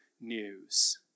news